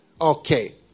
Okay